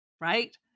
Right